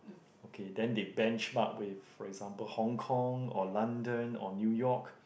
okay then they bench mark with for example Hong Kong or London or New York